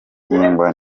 ibihingwa